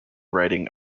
writing